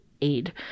aid